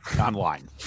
online